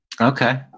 Okay